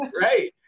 right